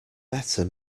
better